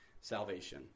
salvation